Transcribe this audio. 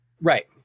right